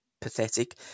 pathetic